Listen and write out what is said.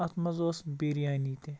اَتھ منٛز اوس بِریانی تہِ